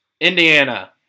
Indiana